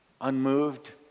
unmoved